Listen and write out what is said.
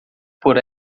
por